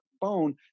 phone